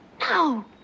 No